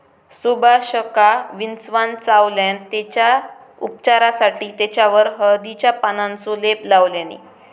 सुभाषका विंचवान चावल्यान तेच्या उपचारासाठी तेच्यावर हळदीच्या पानांचो लेप लावल्यानी